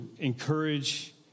encourage